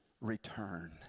return